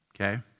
Okay